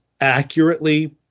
accurately